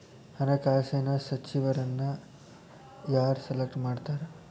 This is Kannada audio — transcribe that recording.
ಹಣಕಾಸಿನ ಸಚಿವರನ್ನ ಯಾರ್ ಸೆಲೆಕ್ಟ್ ಮಾಡ್ತಾರಾ